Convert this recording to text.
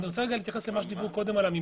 אני רוצה להתייחס לממשק.